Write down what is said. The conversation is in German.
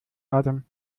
atem